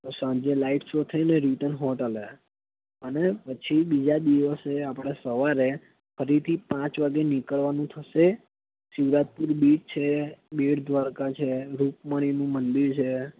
સાંજે light show થઈને return હોટલે અને પછી બીજા દિવસે આપણે સવારે ફરીથી પાંચ વાગ્યે નીકળવાનું થશે શિવરાજપુર બીચ છે બેટદ્વારકા છે રૂકમણીનું મંદિર છે